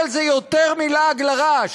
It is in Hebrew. אבל זה יותר מלעג לרש.